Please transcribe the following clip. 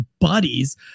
buddies